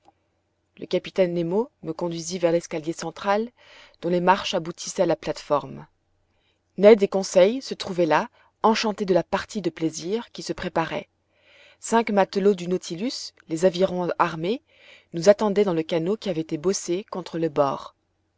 le capitaine nemo me conduisit vers l'escalier central dont les marches aboutissaient à la plate-forme ned et conseil se trouvaient là enchantés de la partie de plaisir qui se préparait cinq matelots du nautilus les avirons armés nous attendaient dans le canot qui avait été bossé contre le bord